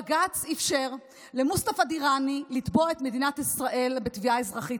בג"ץ אפשר למוסטפא דיראני לתבוע את מדינת ישראל בתביעה אזרחית.